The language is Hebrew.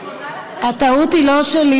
הטעות היא לא שלי,